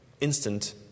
instant